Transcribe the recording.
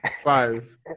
five